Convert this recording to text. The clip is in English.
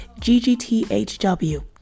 ggthw